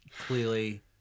clearly